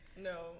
No